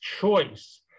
choice